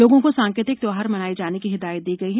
लोगों को सांकेतिक त्योहार मनाए जाने की हिदायत दी गई है